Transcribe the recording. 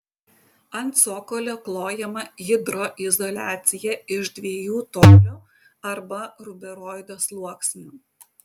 ant cokolio klojama hidroizoliacija iš dviejų tolio arba ruberoido sluoksnių